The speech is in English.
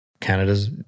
Canada's